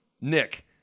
Nick